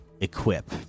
equip